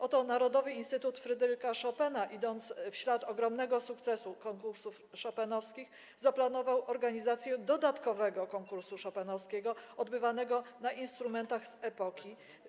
Oto Narodowy Instytut Fryderyka Chopina, idąc w ślady ogromnego sukcesu konkursów chopinowskich, zaplanował organizację dodatkowego konkursu chopinowskiego na instrumentach z epoki.